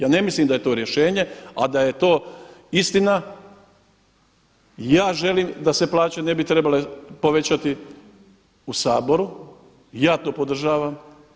Ja ne mislim da je to rješenje, a da je to istina ja želim da se plaće ne bi trebale povećati u Saboru, ja to podržavam.